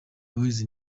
boys